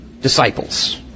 disciples